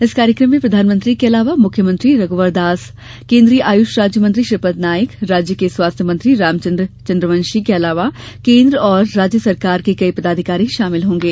इस कार्यक्रम में प्रधानमंत्री के अलावा मुख्यमंत्री रघ्वर दास केंद्रीय आयुष राज्यमंत्री श्रीपद नाइक राज्य के स्वास्थ्य मंत्री रामचंद्र चंद्रवंशी के अलावा केंद्र व राज्य सरकार के कई पदाधिकारी शामिल होंगे